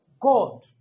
God